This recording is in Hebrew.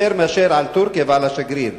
יותר מאשר על טורקיה ועל השגריר.